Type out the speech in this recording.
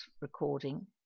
recording